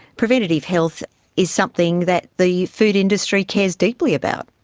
preventative health is something that the food industry cares deeply about.